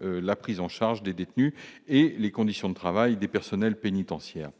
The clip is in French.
la prise en charge des détenus et les conditions de travail des personnels pénitentiaires,